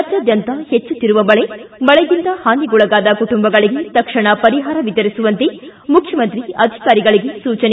ರಾಜ್ಯಾದ್ಯಂತ ಹೆಚ್ಚುತ್ತಿರುವ ಮಳೆ ಮಳೆಯಿಂದ ಹಾನಿಗೊಳಗಾದ ಕುಟುಂಬಗಳಿಗೆ ತಕ್ಷಣ ವರಿಹಾರ ವಿತರಿಸುವಂತೆ ಮುಖ್ಯಮಂತ್ರಿ ಅಧಿಕಾರಿಗಳಿಗೆ ನಿರ್ದೇಶನ